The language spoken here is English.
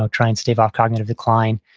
ah try and stave off cognitive decline?